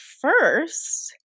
first